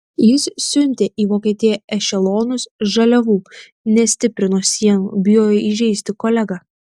jis siuntė į vokietiją ešelonus žaliavų nestiprino sienų bijojo įžeisti kolegą